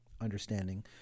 understanding